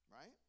right